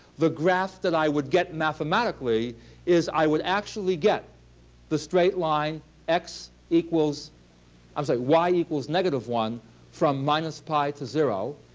the graph that i would get mathematically is i would actually get the straight line x equals i'm sorry, y equals negative from minus pi to zero.